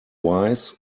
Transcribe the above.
wise